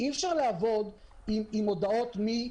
אי אפשר לעבוד עם הודעות מהיום למחר.